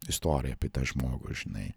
istoriją apie tą žmogų žinai